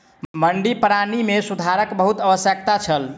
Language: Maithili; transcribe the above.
मंडी प्रणाली मे सुधारक बहुत आवश्यकता छल